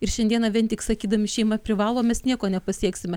ir šiandieną vien tik sakydami šeima privalomo mes nieko nepasieksime